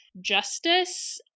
justice